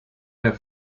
der